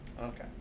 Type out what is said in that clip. Okay